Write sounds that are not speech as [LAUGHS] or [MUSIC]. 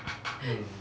[LAUGHS]